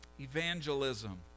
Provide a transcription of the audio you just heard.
Evangelism